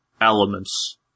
elements